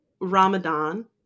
Ramadan